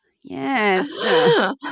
Yes